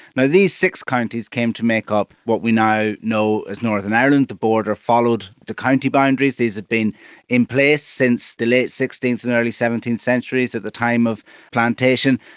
these six counties came to make up what we now know as northern ireland, the border followed the county boundaries. these had been in place since the late sixteenth and early seventeenth centuries, at the time of plantation.